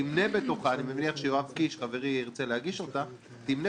אני מניח שיואב קיש חברי ירצה להגיש אותה תמנה